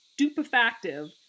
Stupefactive